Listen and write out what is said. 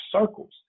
circles